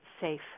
safe